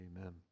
amen